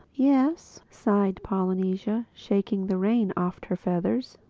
yes, sighed polynesia shaking the rain oft her feathers,